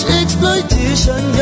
exploitation